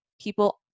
people